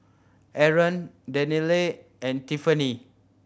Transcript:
Aron Danielle and Tiffanie